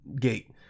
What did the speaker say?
gate